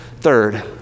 Third